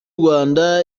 rwanda